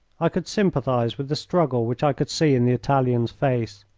i could sympathise with the struggle which i could see in the italian's face.